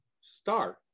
start